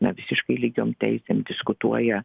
na visiškai lygiom teisėm diskutuoja